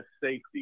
safety